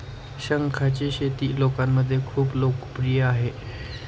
शंखांची शेती लोकांमध्ये खूप लोकप्रिय आहे